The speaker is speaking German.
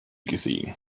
gesehen